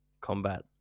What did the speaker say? combat